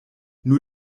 nur